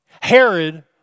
Herod